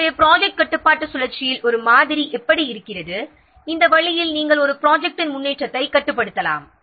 எனவே ப்ராஜெக்ட் கட்டுப்பாட்டு சுழற்சியின் ஒரு மாதிரி எப்படி இருக்கிறது இந்த வழியில் நாம் ஒரு ப்ராஜெக்ட்டின் முன்னேற்றத்தை கட்டுப்படுத்தலாம்